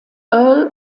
earl